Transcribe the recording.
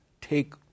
take